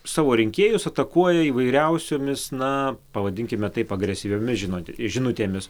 savo rinkėjus atakuoja įvairiausiomis na pavadinkime taip agresyviomis žinute žinutėmis